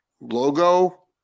Logo